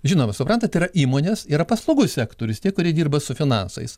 žinoma suprantat yra įmonės yra paslaugų sektorius tie kurie dirba su finansais